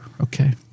Okay